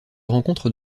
rencontre